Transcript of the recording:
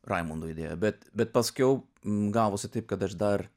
raimundo idėja bet bet paskiau gavosi taip kad aš dar